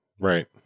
right